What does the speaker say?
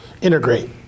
integrate